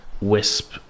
wisp